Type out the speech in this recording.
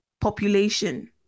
population